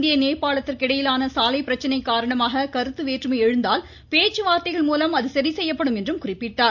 இந்திய நேபாளத்திற்கு இடையிலான சாலை பிரச்சினை காரணமாக கருத்து வேற்றுமை எழுந்தால் பேச்சுவார்த்தைகள் மூலம் அது சரி செய்யப்படும் என்றும் குறிப்பிட்டார்